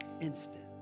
instant